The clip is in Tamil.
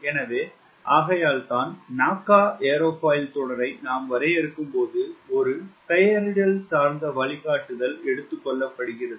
எனவே ஆகையால்தான் NACA ஏரோஃபாயில் தொடரை நாம் வரையறுக்கும்போது ஒரு பெயரிடல் சார்ந்த வழிகாட்டுதல் எடுத்து கொள்ளப்படுகிறது